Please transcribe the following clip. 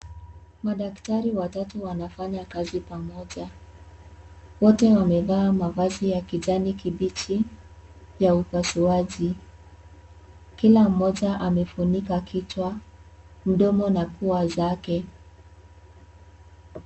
Madaktari watatu wanafanya kazi pamoja. Wote wamevaa mavazi ya kijani kibichi ya upasuaji. Kila mmoja amefunika kichwa, mdomo, na pua zake.